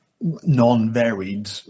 non-varied